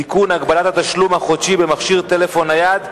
(תיקון, הגבלת התשלום החודשי במכשיר טלפון נייד).